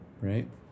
right